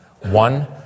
One